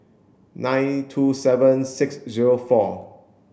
nine two seven six zero four